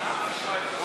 נא לשבת.